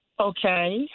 Okay